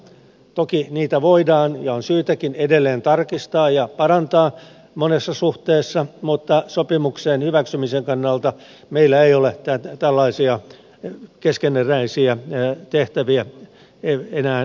toki niitä voidaan ja on syytäkin edelleen tarkistaa ja parantaa monessa suhteessa mutta sopimuksen hyväksymisen kannalta meillä ei ole tällaisia keskeneräisiä tehtäviä enää edessämme